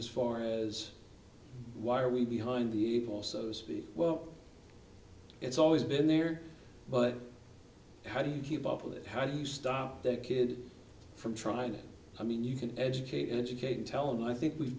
as far as why are we behind the evil also the well it's always been there but how do you keep up with it how do you stop that kid from trying to i mean you can educate educate and tell them i think we've